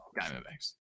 Diamondbacks